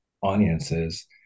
audiences